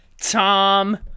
Tom